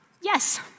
Yes